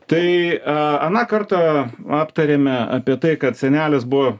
tai aną kartą aptarėme apie tai kad senelis buvo